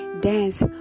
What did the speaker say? dance